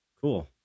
Cool